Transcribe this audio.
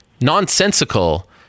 nonsensical